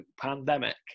pandemic